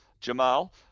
Jamal